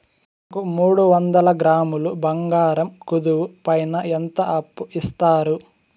నాకు మూడు వందల గ్రాములు బంగారం కుదువు పైన ఎంత అప్పు ఇస్తారు?